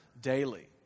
daily